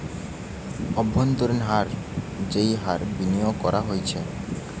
অব্ভন্তরীন হার যেই হার বিনিয়োগ করা হতিছে